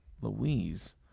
Louise